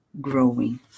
growing